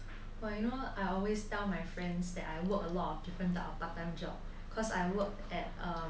but you know I always tell my friends that I work a lot of different type of part time job cause I work at a